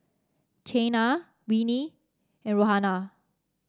Chynna Winnie and